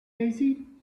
cassie